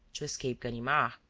to escape ganimard.